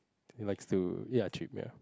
likes to ya trip ya